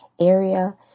area